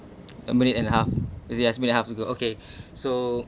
embodied an half is it that's mean I have half to go okay so